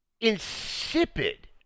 insipid